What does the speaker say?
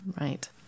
Right